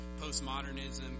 postmodernism